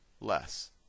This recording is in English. less